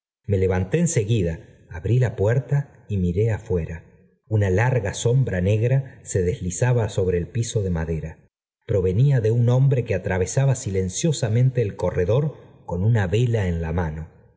me levanté en seguida abrí la puerta y miré afuera una larga sombra negra se deslizaba sobre el piso de madera provenía de un hombre que atravesaba silenciosamente el corredor con una vela en la mano